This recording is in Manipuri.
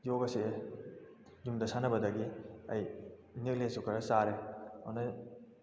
ꯌꯣꯒꯁꯦ ꯌꯨꯝꯗ ꯁꯥꯟꯅꯕꯗꯒꯤ ꯑꯩ ꯅꯦꯒ꯭ꯂꯦꯛꯁꯨ ꯈꯔ ꯆꯥꯔꯦ ꯑꯗꯩ